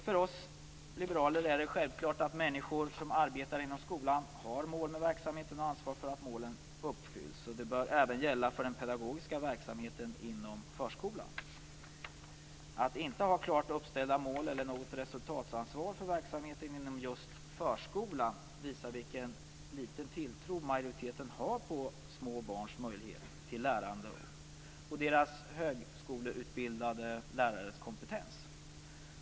För oss liberaler är det självklart att människor som arbetar inom skolan har mål med verksamheten och ansvar för att de uppfylls. Detta bör även gälla för den pedagogiska verksamheten inom förskolan. Att inte ha klart uppställda mål eller något resultatansvar för verksamheten inom just förskola visar vilken liten tilltro majoriteten har till små barns möjligheter till lärande och till deras högskoleutbildade lärares kompetens.